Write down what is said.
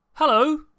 Hello